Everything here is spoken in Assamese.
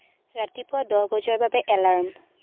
ৰাতিপুৱা দহ বজাৰ বাবে এলাৰ্ম